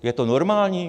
Je to normální?